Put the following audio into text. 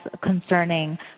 concerning